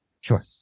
Sure